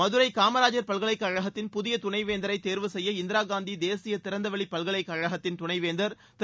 மதுரை காமராஜர் பல்கலைக்கழகத்திள் புதிய துணைவேந்தரை தேர்வு செய்ய இந்திரா காந்தி தேசிய திறந்த வெளி பல்கலைக் கழகத்தின் துணைவேந்தர் திரு